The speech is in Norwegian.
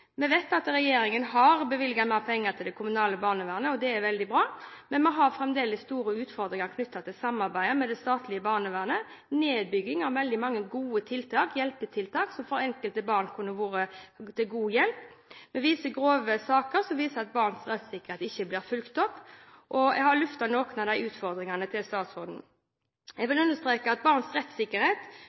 Vi vet at regjeringen har bevilget mer penger til det kommunale barnevernet, og det er veldig bra. Men vi har fremdeles store utfordringer knyttet til samarbeidet med det statlige barnevernet, bl.a. nedbygging av veldig mange gode tiltak som for enkelte barn kunne vært til god hjelp. Grove saker viser at barns rettssikkerhet ikke blir fulgt opp. Og jeg har luftet noen av disse utfordringene for statsråden. Jeg vil understreke at barns rettssikkerhet,